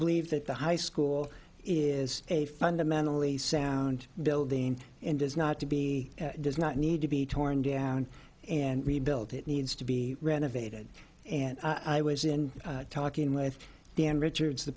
believe that the high school is a fundamentally sound building and is not to be does not need to be torn down and rebuilt it needs to be renovated and i was in talking with dan richards the